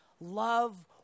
Love